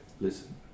listen